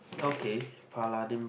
okay Paladin